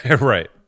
Right